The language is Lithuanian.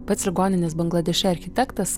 pats ligoninės bangladeše architektas